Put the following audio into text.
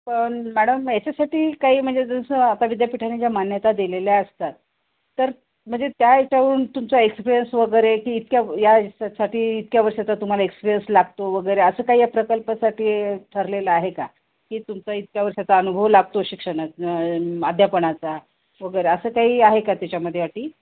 पण मॅडम याच्यासाठी काही म्हणजे जसं आता विद्यापीठाने ज्या मान्यता दिलेल्या असतात तर म्हणजे त्या ह्याच्यावरून तुमचा एक्सप्रिय्स वगैरे की इतक्या यासाठी इतक्या वर्षाचा तुम्हाला एक्सप्रियंस लागतो वगैरे असं काही या प्रकल्पसाठी ठरलेलं आहे का की तुमचा इतक्या वर्षाचा अनुभव लागतो शिक्षणात अध्यापनाचा वगैरे असं काही आहे का त्याच्यामध्ये अटी